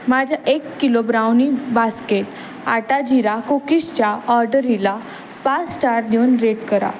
माझ्या एक kilo brownie basket आटा जीरा कुकीजच्या ऑर्डरीला पाच स्टार देऊन रेट करा